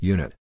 Unit